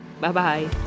Bye-bye